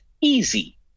easy